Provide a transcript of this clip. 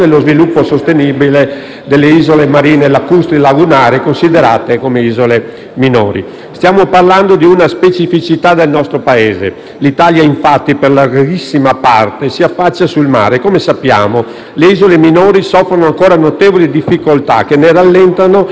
delle isole marine, lacustri e lagunari considerate come isole minori. Stiamo parlano di una specificità del nostro Paese. L'Italia, infatti, per la grandissima parte, si affaccia sul mare, come sappiamo. Le isole minori soffrono ancora notevoli difficoltà che ne rallentano il potenziale sviluppo.